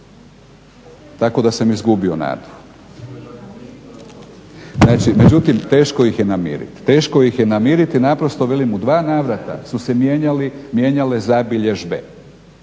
tako da sam izgubio nadu. Međutim, teško ih je namiriti naprosto velim u dva navrata su se mijenjale zabilježbe.